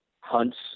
Hunt's